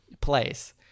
place